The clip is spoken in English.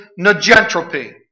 negentropy